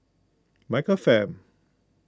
Michael Fam